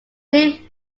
being